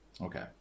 Okay